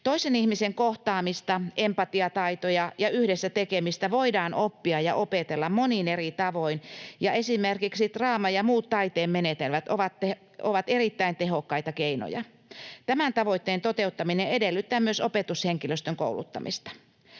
Toisen ihmisen kohtaamista, empatiataitoja ja yhdessä tekemistä voidaan oppia ja opetella monin eri tavoin, ja esimerkiksi draama ja muut taiteen menetelmät ovat erittäin tehokkaita keinoja. Tämän tavoitteen toteuttaminen edellyttää myös opetushenkilöstön kouluttamista.